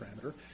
parameter